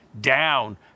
down